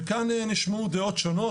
וכאן נשמעו דעות שונות,